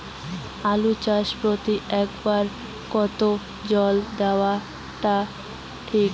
আলু চাষে প্রতি একরে কতো জল দেওয়া টা ঠিক?